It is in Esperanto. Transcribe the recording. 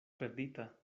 perdita